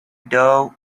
dough